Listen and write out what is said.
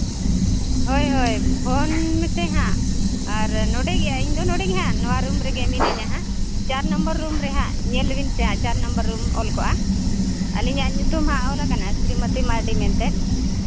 ᱦᱳᱭ ᱦᱳᱭ ᱯᱷᱳᱱ ᱢᱮᱥᱮ ᱦᱟᱸᱜ ᱟᱨ ᱱᱚᱸᱰᱮᱜᱮ ᱤᱧᱫᱚ ᱱᱚᱸᱰᱮᱜᱮ ᱦᱟᱜ ᱱᱚᱣᱟ ᱨᱩᱢ ᱨᱮᱜᱮ ᱢᱤᱱᱟᱹᱧᱟ ᱦᱟᱸᱜ ᱪᱟᱨ ᱱᱚᱢᱵᱚᱨ ᱨᱩᱢ ᱨᱮᱦᱟᱸᱜ ᱧᱮᱞ ᱠᱮᱵᱤᱱ ᱥᱮᱦᱟᱸᱜ ᱪᱟᱨ ᱱᱚᱢᱵᱚᱨ ᱨᱩᱢ ᱚᱞ ᱠᱚᱜᱼᱟ ᱟᱹᱞᱤᱧᱟᱜ ᱧᱩᱛᱩᱢ ᱦᱟᱸᱜ ᱚᱞ ᱠᱟᱱᱟ ᱥᱨᱤᱢᱚᱛᱤ ᱢᱟᱨᱰᱤ ᱢᱮᱱᱛᱮᱜ